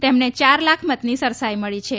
તેમને ચાર લાખ મથની સરસાઇ મળી છે